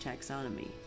Taxonomy